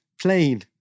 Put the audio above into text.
plane